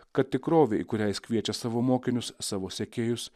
kad tikrovė į kurią jis kviečia savo mokinius savo sekėjus